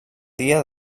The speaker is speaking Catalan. dia